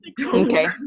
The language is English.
Okay